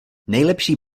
nejlepší